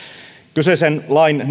kyseisen lain